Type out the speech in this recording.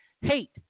hate